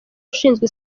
ushinzwe